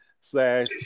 slash